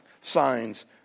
signs